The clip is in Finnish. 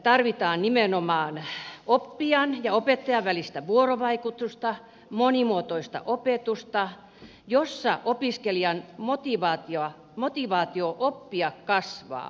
tarvitaan nimenomaan oppijan ja opettajan välistä vuorovaikutusta monimuotoista opetusta jossa opiskelijan motivaatio oppia kasvaa